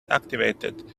activated